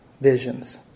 visions